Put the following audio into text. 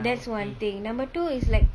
that's one thing number two it's like